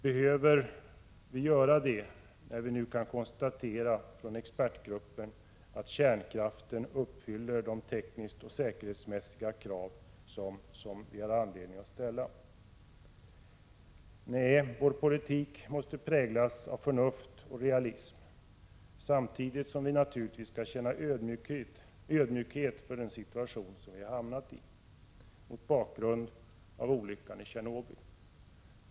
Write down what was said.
Behöver vi göra det när expertgruppen konstaterar att kärnkraften uppfyller de tekniska och säkerhetsmässiga krav som vi har anledning att ställa? Nej, vår politik måste präglas av förnuft och realism samtidigt som vi måste känna ödmjukhet inför den svåra situation vi hamnat i mot bakgrund av olyckan i Tjernobyl.